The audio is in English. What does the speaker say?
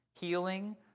Healing